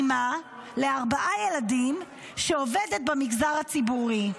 אימא לארבעה ילדים שעובדת במגזר הציבורי.